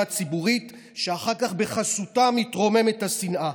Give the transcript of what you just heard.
הציבורית שאחר כך בחסותה מתרוממת השנאה.